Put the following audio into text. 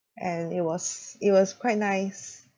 and it was it was quite nice